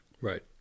Right